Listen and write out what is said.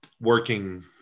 working